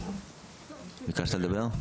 בבקשה, ביקשת לדבר?